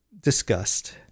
discussed